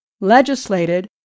legislated